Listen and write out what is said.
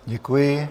Děkuji.